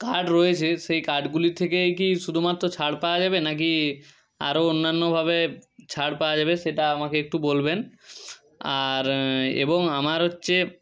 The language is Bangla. কার্ড রয়েছে সেই কার্ডগুলি থেকেই কি শুধুমাত্র ছাড় পাওয়া যাবে না কি আরও অন্যান্যভাবে ছাড় পাওয়া যাবে সেটা আমাকে একটু বলবেন আর এবং আমার হচ্ছে